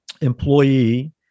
employee